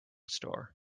store